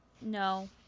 no